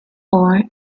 ore